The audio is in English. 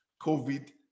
COVID